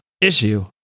issue